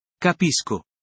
Capisco